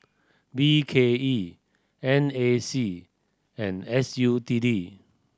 B K E N A C and S U T D